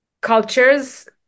cultures